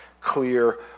clear